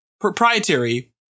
proprietary